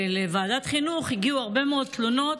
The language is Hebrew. ולוועדת החינוך הגיעו הרבה מאוד תלונות